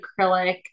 acrylic